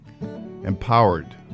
empowered